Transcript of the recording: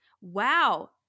wow